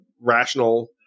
rational